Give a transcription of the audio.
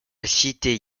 cité